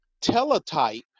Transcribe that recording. teletype